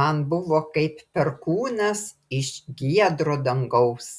man buvo kaip perkūnas iš giedro dangaus